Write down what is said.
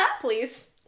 Please